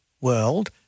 world